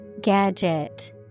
Gadget